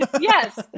Yes